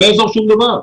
לא יעזור שום דבר.